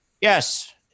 Yes